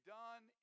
done